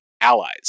allies